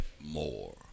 more